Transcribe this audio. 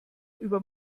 über